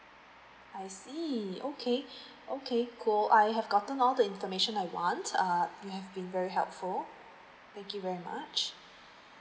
I see okay okay cool I have gotten all the information I want uh you have been very helpful thank you very much